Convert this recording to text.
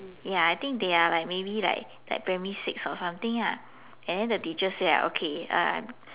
ya I think they are like maybe like like primary six or something lah and then the teacher say like okay uh